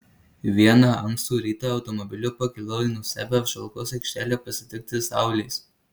vieną ankstų rytą automobiliu pakilau į nuostabią apžvalgos aikštelę pasitikti saulės